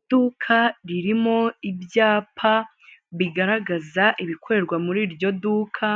Iduka ririmo ibyapa bigaragaza ibikorerwa muri iryo duka